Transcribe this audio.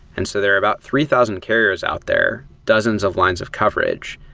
and so there are about three thousand carriers out there, dozens of lines of coverage,